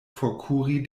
forkuri